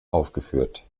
aufgeführt